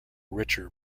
richer